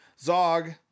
Zog